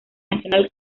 nacional